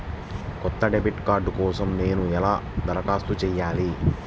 కొత్త debit card కోసం నేను ఎలా దరఖాస్తు చేయాలి?